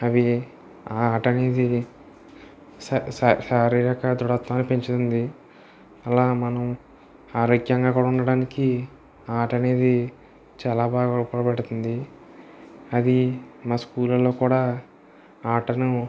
అవి ఆ ఆట అనేది శా శా శారీరక దృఢత్వాన్ని పెంచుతుంది అలా మనం ఆరోగ్యంగా కూడా ఉండడానికి ఆట అనేది చాలా బాగా ఉపయోగపడుతుంది అది మా స్కూల్ లలో కూడా ఆ ఆటను